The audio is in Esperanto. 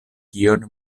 kion